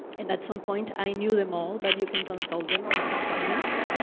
and at some point, i knew them all, but you can consult them in aquinas.